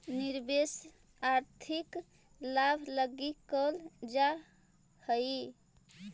निवेश आर्थिक लाभ लगी कैल जा हई